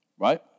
Right